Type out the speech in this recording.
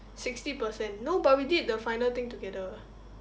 sixty percent no but we did the final thing together